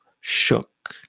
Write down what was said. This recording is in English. shook